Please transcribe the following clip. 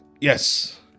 Yes